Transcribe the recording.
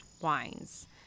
wines